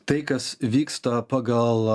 tai kas vyksta pagal